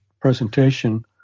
presentation